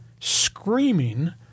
screaming